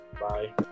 bye